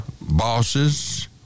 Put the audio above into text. bosses